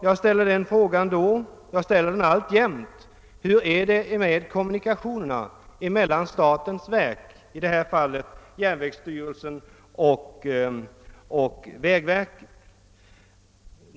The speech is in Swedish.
Jag ställde då frågan och ställer den alltjämt: Hur är det med kommunikationerna mellan statens olika verk — i detta fall järnvägsstyrelsen och vägverket?